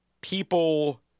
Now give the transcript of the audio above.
people